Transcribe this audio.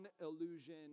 illusion